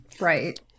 Right